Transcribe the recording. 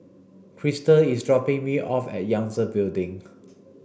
Kristal is dropping me off at Yangtze Building